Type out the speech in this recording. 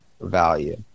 value